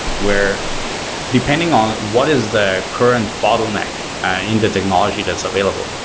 where depending on what is the current bottleneck in the technology that's available,